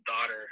daughter